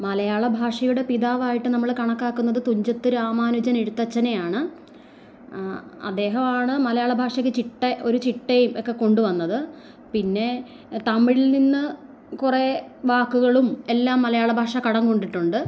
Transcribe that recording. മലയാള ഭാഷയുടെ പിതാവായിട്ട് നമ്മൾ കണക്കാക്കുന്നത് തുഞ്ചത്ത് രാമാനുജൻ എഴുത്തച്ഛനെയാണ് അദ്ദേഹമാണ് മലയാള ഭാഷക്ക് ചിട്ട ഒരു ചിട്ടയും ഒക്കെ കൊണ്ടുവന്നത് പിന്നെ തമിഴിലിൽ നിന്ന് കുറേ വാക്കുകളും എല്ലാം മലയാള ഭാഷ കടം കൊണ്ടിട്ടുണ്ട്